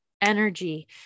energy